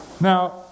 Now